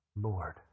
Lord